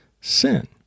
sin